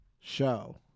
show